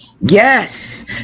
yes